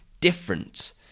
different